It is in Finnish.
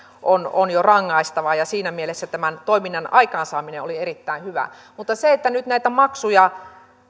on on jo rangaistavaa siinä mielessä tämän toiminnan aikaansaaminen oli erittäin hyvä mutta se että nyt näitä maksuja